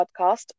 podcast